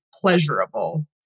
pleasurable